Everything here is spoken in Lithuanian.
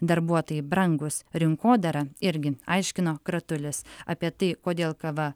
darbuotojai brangūs rinkodara irgi aiškino kratulis apie tai kodėl kava